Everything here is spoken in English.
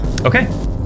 Okay